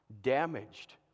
damaged